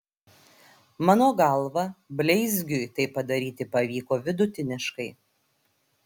mano galva bleizgiui tai padaryti pavyko vidutiniškai